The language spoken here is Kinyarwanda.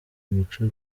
imico